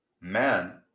man